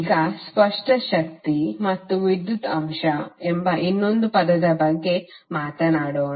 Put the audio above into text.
ಈಗ ಸ್ಪಷ್ಟ ಶಕ್ತಿ ಮತ್ತು ವಿದ್ಯುತ್ ಅಂಶ ಎಂಬ ಇನ್ನೊಂದು ಪದದ ಬಗ್ಗೆ ಮಾತನಾಡೋಣ